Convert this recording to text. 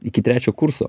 iki trečio kurso